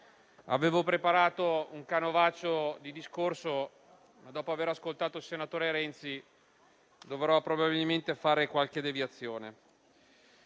avevo preparato un canovaccio di discorso, ma dopo aver ascoltato il senatore Renzi, dovrò probabilmente fare qualche deviazione.